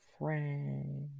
friend